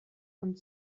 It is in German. und